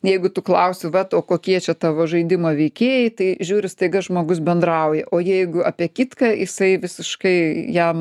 jeigu tu klausi vat o kokie čia tavo žaidimo veikėjai tai žiūriu staiga žmogus bendrauja o jeigu apie kitką jisai visiškai jam